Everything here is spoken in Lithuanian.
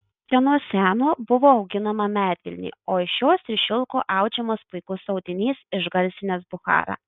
čia nuo seno buvo auginama medvilnė o iš jos ir šilko audžiamas puikus audinys išgarsinęs bucharą